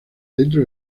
dentro